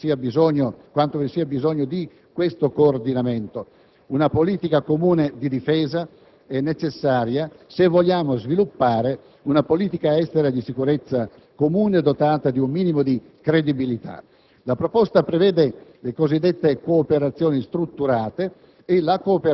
alla politica di sicurezza e di difesa, tutti sappiamo quanto vi sia bisogno di questo coordinamento; una politica comune di difesa è necessaria se vogliamo sviluppare una politica estera di sicurezza comune dotata di un minimo di credibilità.